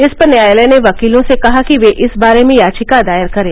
इस पर न्यायालय ने वकीलों से कहा कि वे इस बारे में याचिका दायर करें